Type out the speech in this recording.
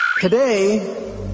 Today